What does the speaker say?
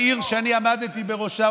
העיר שאני עמדתי בראשה,